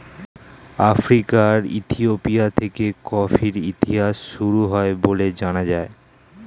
আফ্রিকার ইথিওপিয়া থেকে কফির ইতিহাস শুরু হয় বলে জানা যায়